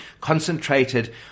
concentrated